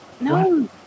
no